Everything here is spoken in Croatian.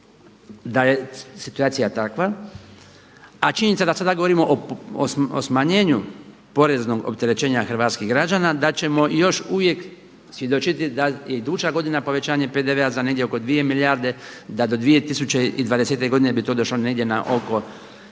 da je situacija takva. A činjenica da sada govorimo o smanjenju poreznog opterećenja hrvatskih građana da ćemo još uvijek svjedočiti da je iduća godina povećanje PDV-a za negdje oko 2 milijarde, da do 2020. godine bi to došlo negdje na oko